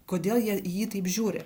kodėl jie į jį taip žiūri